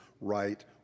right